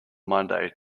monday